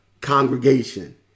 congregation